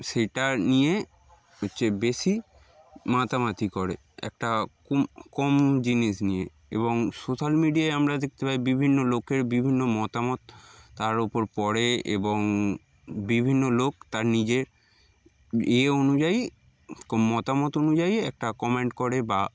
সেটা নিয়ে হচ্ছে বেশি মাতামাতি করে একটা কম কম জিনিস নিয়ে এবং সোশ্যাল মিডিয়ায় আমরা দেখতে পাই বিভিন্ন লোকের বিভিন্ন মতামত তার ও উপর পড়ে এবং বিভিন্ন লোক তার নিজের ইয়ে অনুযায়ী মতামত অনুযায়ী একটা কমেন্ট করে বা